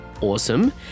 awesome